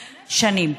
שנים.